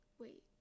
Wait